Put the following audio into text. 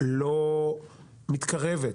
לא מתקרבת